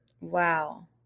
Wow